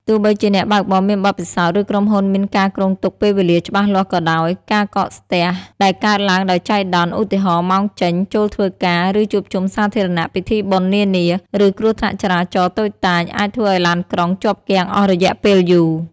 ទោះបីជាអ្នកបើកបរមានបទពិសោធន៍ ឬក្រុមហ៊ុនមានការគ្រោងទុកពេលវេលាច្បាស់លាស់ក៏ដោយ ការកកស្ទះដែលកើតឡើងដោយចៃដន្យ ឧទាហរណ៍ ម៉ោងចេញ ចូលធ្វើការ ការជួបជុំសាធារណៈ ពិធីបុណ្យនានា ឬគ្រោះថ្នាក់ចរាចរណ៍តូចតាច អាចធ្វើឱ្យឡានក្រុងជាប់គាំងអស់រយៈពេលយូរ។